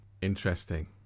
interesting